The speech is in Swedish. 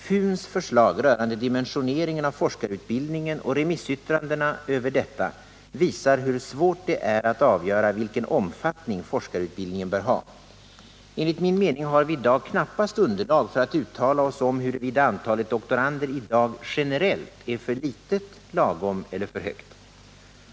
FUN:s förslag rörande dimensioneringen av forskarutbildningen och remissyttrandena över detta visar hur svårt det är att avgöra vilken omfattning forskarutbildningen bör ha. Enligt min mening har vi i dag knappast underlag för att uttala oss om huruvida antalet doktorander i dag generellt är för litet, lagom eller för högt.